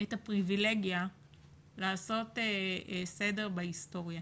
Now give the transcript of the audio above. את הפריבילגיה לעשות סדר בהיסטוריה.